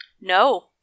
No